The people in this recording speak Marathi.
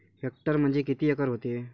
हेक्टर म्हणजे किती एकर व्हते?